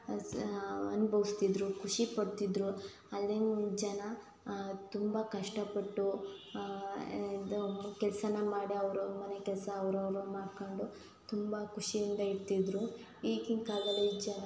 ಅನ್ಭವ್ಸ್ತಿದ್ರು ಖುಷಿಪಡ್ತಿದ್ದರು ಅಲ್ಲಿನ ಜನ ತುಂಬ ಕಷ್ಟಪಟ್ಟು ಇದು ಕೆಲಸನ ಮಾಡಿ ಅವ್ರವ್ರ ಮನೆ ಕೆಲಸ ಅವರವ್ರು ಮಾಡ್ಕೊಂಡು ತುಂಬ ಖುಷಿಯಿಂದ ಇರ್ತಿದ್ದರು ಈಗಿನ ಕಾಲದಲ್ಲಿ ಜನ